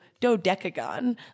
dodecagon